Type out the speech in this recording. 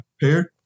paired